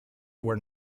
where